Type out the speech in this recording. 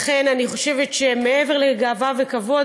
לכן אני חושבת שמעבר לגאווה וכבוד,